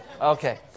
Okay